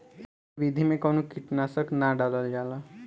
ए विधि में कवनो कीट नाशक ना डालल जाला